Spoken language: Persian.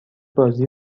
بازی